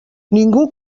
ningú